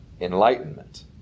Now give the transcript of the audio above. enlightenment